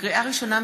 לקריאה ראשונה,